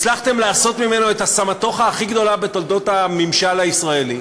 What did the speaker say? הצלחתם לעשות ממנו את הסמטוחה הכי גדולה בתולדות הממשל הישראלי.